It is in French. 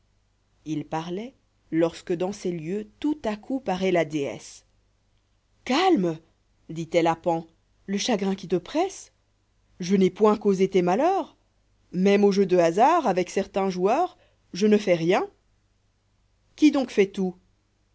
il parloit lorsque dans ces lieux tout-à-coup paraît la déesse câline dit-elle à pan le chagrin qui te presse je n'ai point causé tes malheurs même aux jeux de hasard avec certains joueurs je ne fais rien qui donc fait tout